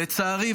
לצערי,